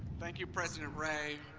thank you president ray,